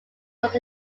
was